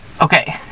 okay